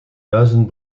duizend